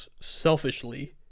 selfishly